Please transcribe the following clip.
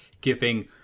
giving